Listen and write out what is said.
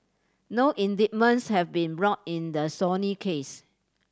no indictments have been brought in the Sony case